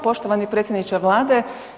Poštovani predsjedniče Vlade.